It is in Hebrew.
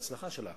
להצלחה שלה.